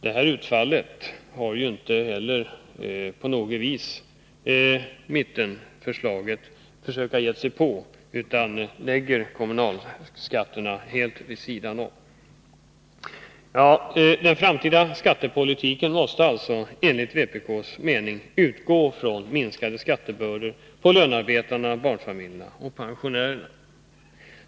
Det här utfallet har man ju inte heller försökt ge sig på i mittenförslaget, utan man lämnar kommunalskatterna helt vid sidan om. Den framtida skattepolitiken måste enligt vpk:s mening utgå från minskade skattebördor för lönarbetarna, barnfamiljerna och pensionärerna.